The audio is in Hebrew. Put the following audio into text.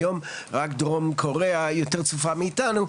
היום רק דרום קוריאה יותר צפופה מאיתנו,